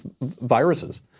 viruses